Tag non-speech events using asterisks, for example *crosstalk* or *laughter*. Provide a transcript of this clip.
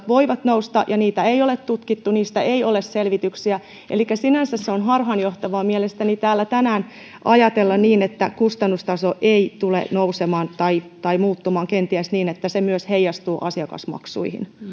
*unintelligible* voivat nousta ja niitä ei ole tutkittu ja niistä ei ole selvityksiä elikkä sinänsä mielestäni on harhaanjohtavaa tänään täällä ajatella että kustannustaso ei tule nousemaan tai tai muuttumaan kenties niin että se myös heijastuu asiakasmaksuihin